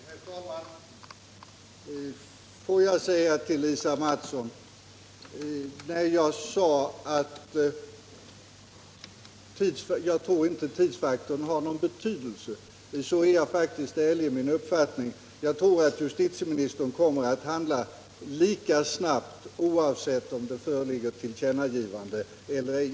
Herr talman! Får jag säga till Lisa Mattson att när jag sade att jag inte tror att tidsfaktorn har någon betydelse är jag ärlig i min uppfattning. Jag tror att justitieministern kommer att handla lika snabbt, oavsett om det föreligger tillkännagivande eller ej.